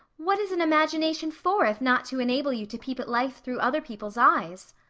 what is an imagination for if not to enable you to peep at life through other people's eyes?